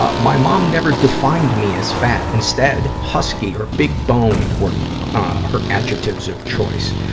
ah my mom never defined me as fat. instead, husky or big-boned were her adjectives of choice.